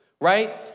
right